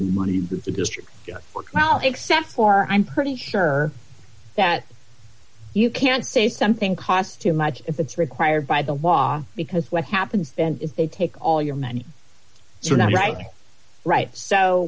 and money that the district except for i'm pretty sure that you can't say something costs too much if it's required by the law because what happens if they take all your money you're not writing right so